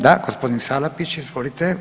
Da, gospodin Salapić, izvolite.